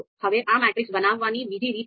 હવે આ મેટ્રિક્સ બનાવવાની બીજી રીત છે